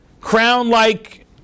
crown-like